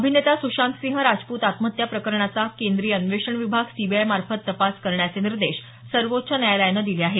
अभिनेता सुशांतसिंह राजपूत आत्महत्या प्रकरणाचा केंद्रीय अन्वेषण विभाग सीबीआय मार्फत तपास करण्याचे निर्देश सर्वोच्च न्यायालयाने दिले आहेत